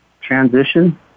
transition